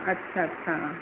अच्छा अच्छा